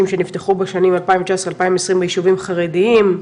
שנפתחו בשנת 2019-2020 בישובים חרדיים: